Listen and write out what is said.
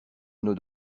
nos